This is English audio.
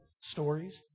stories